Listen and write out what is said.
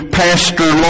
pastor